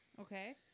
Okay